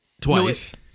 twice